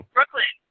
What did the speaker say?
Brooklyn